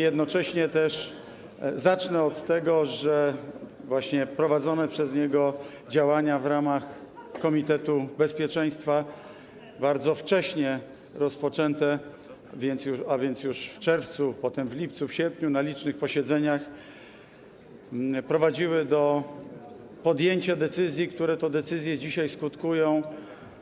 Jednocześnie też zacznę od tego, że prowadzone właśnie przez niego działania w ramach komitetu bezpieczeństwa - bardzo wcześnie rozpoczęte, a więc już w czerwcu, potem w lipcu, w sierpniu na licznych posiedzeniach - prowadziły do podjęcia decyzji, które dzisiaj skutkują